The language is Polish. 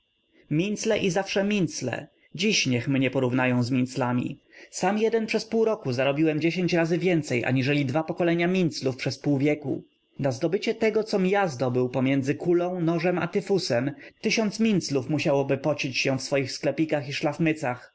mincle i zawsze mincle dziś niech mnie porównają z minclami sam jeden przez pół roku zarobiłem dziesięć razy więcej aniżeli dwa pokolenia minclów przez pół wieku na zdobycie tego com ja zdobył pomiędzy kulą nożem i tyfusem tysiąc minclów musiałoby pocić się w swoich sklepikach i